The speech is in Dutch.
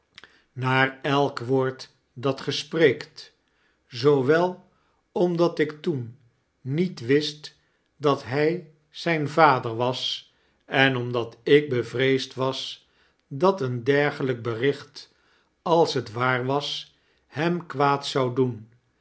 naar elk woord dat ge spreekt zoowel omdat ik toen niet wist dat hij zijn vader was en omdat ik bevreesd was dat een dergelijk bericht als het waar was hem kwaad zou doen